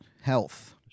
health